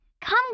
Come